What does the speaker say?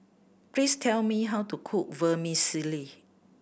please tell me how to cook Vermicelli